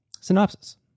synopsis